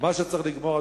מה שצריך לגמור,